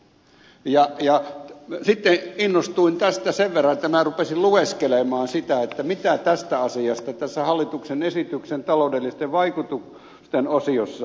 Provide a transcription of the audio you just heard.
sitten innostuin tästä sen verran että minä rupesin lueskelemaan sitä mitä tästä asiasta hallituksen esityksen taloudellisten vaikutusten osiossa sanotaan